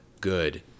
good